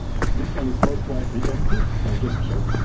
this one is most likely empty. i'll just check.